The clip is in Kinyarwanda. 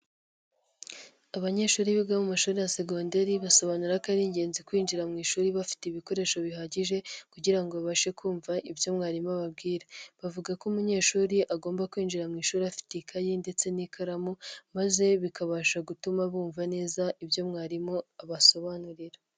Abanyeshuri biga bo mu mashuri ya segonderi basobanura ko ari ingenzi kwinjira mu ishuri bafite ibikoresho bihagije kugira babashe kumva ibyo mwarimu ababwira, bavuga ko umunyeshuri agomba kwinjira mu ishuri afite ikayi ndetse n'ikaramu maze bikabasha gutuma bumva neza ibyo mwarimu abasobanurira.